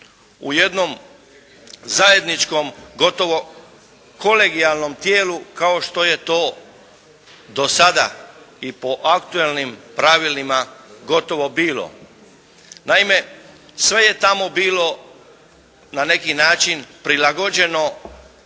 u jednom zajedničkom gotovo kolegijalnom tijelu kao što je to do sada i po aktualnim pravilima gotovo bilo. Naime sve je tamo bilo na neki način prilagođeno